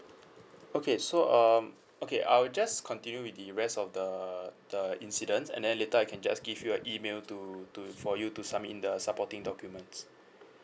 okay so um okay I will just continue with the rest of the the incidents and then later I can just give your a email to to for you to submit in the supporting documents